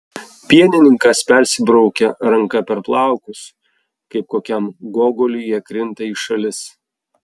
pienininkas persibraukia ranka per plaukus kaip kokiam gogoliui jie krinta į šalis